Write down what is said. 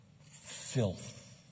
Filth